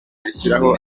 rishyiraho